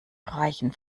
reichen